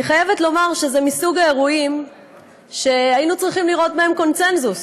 אני חייבת לומר שזה מסוג האירועים שהיינו צריכים לראות בהם קונסנזוס,